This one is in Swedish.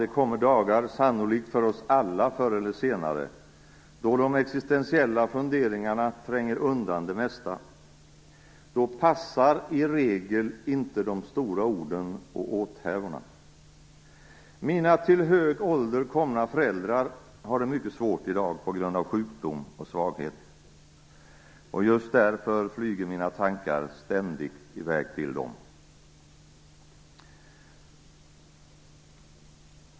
Det kommer dagar, sannolikt för oss alla förr eller senare, då de existentiella funderingarna tränger undan det mesta. Då passar i regel inte de stora orden och åthävorna. Mina till hög ålder komna föräldrar har det mycket svårt i dag på grund av sjukdom och svaghet. Just därför flyger mina tankar ständigt i väg till dem.